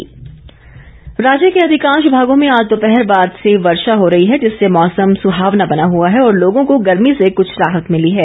मौसम राज्य के अधिकांश भागों में आज दोपहर बाद से वर्षा हो रही है जिससे मौसम सुहावना बना हुआ है और लोगों को गर्मी से कुछ राहत मिली है